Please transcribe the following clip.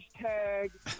Hashtag